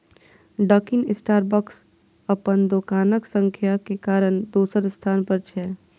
Dunkin Starbucks अपन दोकानक संख्या के कारण दोसर स्थान पर छै